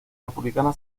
republicana